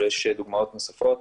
אבל יש דוגמאות נוספות,